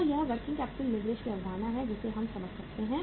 तो यह working capital leverage की अवधारणा है जिसे हम समझ सकते हैं